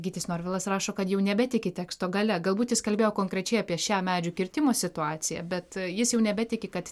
gytis norvilas rašo kad jau nebetiki teksto galia galbūt jis kalbėjo konkrečiai apie šią medžių kirtimo situaciją bet jis jau nebetiki kad